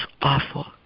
awful